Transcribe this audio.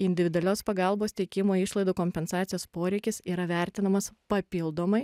individualios pagalbos teikimo išlaidų kompensacijos poreikis yra vertinamas papildomai